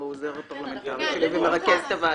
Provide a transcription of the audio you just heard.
הוא העוזר הפרלמנטרי שלי והוא מרכז את הוועדה.